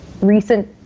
recent